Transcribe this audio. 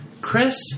Chris